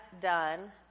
done